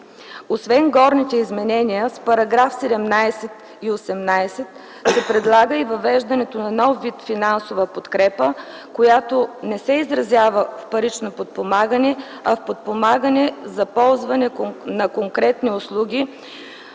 Освен горните изменения с § 17 и 18 се предлага и въвеждането на нов вид финансова подкрепа, която не се изразява в парично подпомагане, а в подпомагане за ползване на конкретни услуги,